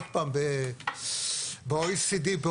ב-OECD,